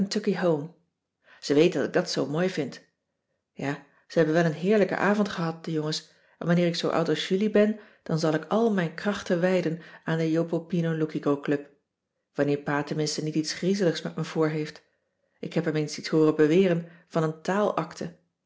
ze weet dat ik dat zoo mooi vind ja ze hebben wel een heerlijken avond gehad de jongens en wanneer ik zoo oud als julie ben dan zal ik al mijn krachten wijden aan de jopopinoloukicoclub wanneer pa tenminste niet iets griezeligs met me voorheeft ik heb hem eens iets hooren beweren van een taalacte